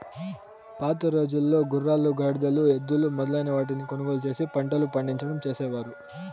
పాతరోజుల్లో గుర్రాలు, గాడిదలు, ఎద్దులు మొదలైన వాటిని కొనుగోలు చేసి పంటలు పండించడం చేసేవారు